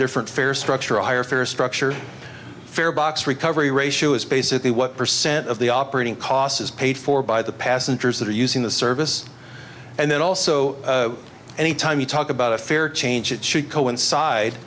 different fare structure or higher fares structure farebox recovery ratio is basically what percent of the operating cost is paid for by the passengers that are using the service and then also any time you talk about a fare change it should coincide